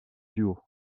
duo